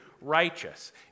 righteous